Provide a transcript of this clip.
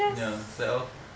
ya slack off